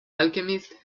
alchemist